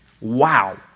Wow